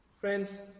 Friends